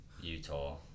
Utah